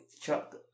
Chuck